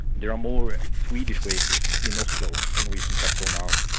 there are more swedish waiters in oslo, the norwegian capital now,